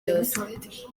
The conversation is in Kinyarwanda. yose